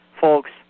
Folks